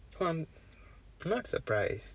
!huh! I'm not surprised